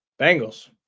Bengals